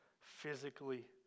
physically